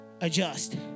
adjust